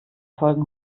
folgen